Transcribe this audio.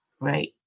right